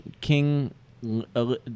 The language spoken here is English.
King